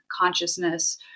consciousness